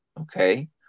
Okay